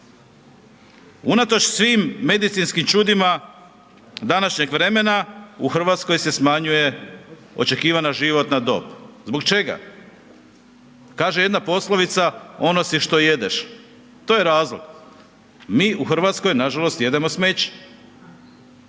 Unatoč svim medicinskim čudima današnjeg vremena u Hrvatskoj se smanjuje očekivana životna dob. Zbog čega? Kaže jedna poslovica ono si što jedeš, to je razlog. Mi u Hrvatskoj nažalost jedemo smeće.